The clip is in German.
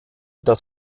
das